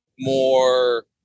More